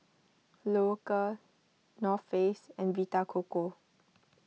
Loacker North Face and Vita Coco